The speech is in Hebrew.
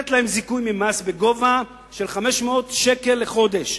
בגובה של 500 שקל לחודש,